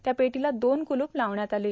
त्या पेटोला दोन कूलूप लावण्यात आलो